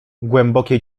głębokie